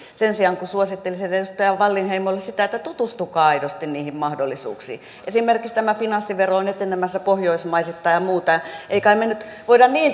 sen sijaan suosittelisin edustaja wallinheimolle sitä että tutustukaa aidosti niihin mahdollisuuksiin esimerkiksi tämä finanssivero on etenemässä pohjoismaisittain ja muuta emme kai me nyt voi